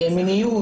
מיניות,